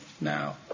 now